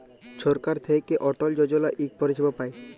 ছরকার থ্যাইকে অটল যজলা ইক পরিছেবা পায়